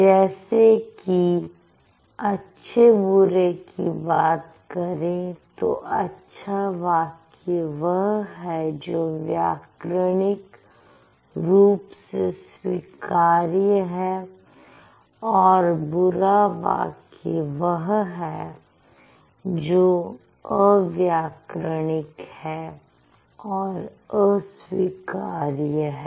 जैसे कि अच्छे बुरे की बात करें तो अच्छा वाक्य वह है जो व्याकरणिक रूप से स्वीकार्य है और बुरा वाक्य वह है जो अव्याकरणिक है और अस्वीकार्य है